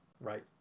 right